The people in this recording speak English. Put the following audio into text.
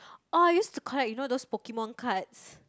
oh I used to collect you know those Pokemon cards